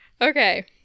Okay